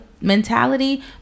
mentality